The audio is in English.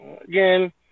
Again